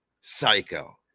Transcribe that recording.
psycho